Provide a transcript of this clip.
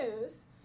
News